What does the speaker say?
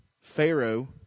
Pharaoh